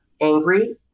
angry